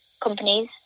companies